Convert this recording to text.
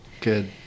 good